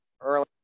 early